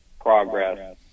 progress